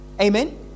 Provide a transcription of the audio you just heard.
amen